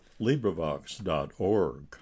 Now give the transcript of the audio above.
LibriVox.org